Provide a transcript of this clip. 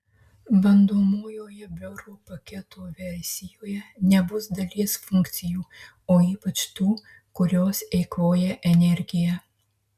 bandomojoje biuro paketo versijoje nebus dalies funkcijų o ypač tų kurios eikvoja energiją